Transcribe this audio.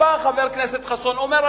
בא חבר כנסת חסון ואומר,